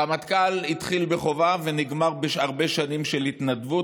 רמטכ"ל התחיל בחובה ונגמר בהרבה שנים של התנדבות,